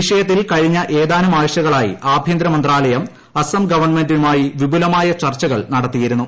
വിഷയത്തിൽ കഴിഞ്ഞ ഏതാനും ആഴ്ചകളായി ആഭ്യന്തരമന്ത്രാലയം അസം ഗവൺമെന്റുമായി വിപുലമായ ചർച്ചകൾ നടത്തിയിരുന്നു